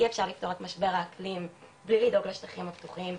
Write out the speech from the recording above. אי אפשר לפתור את משבר האקלים בלי לדאוג לשטחים הפתוחים.